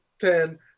ten